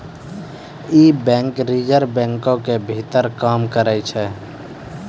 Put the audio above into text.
इ bank reserve बैंको के भीतर काम करै छै